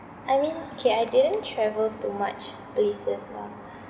I mean okay I didn't travel to much places lah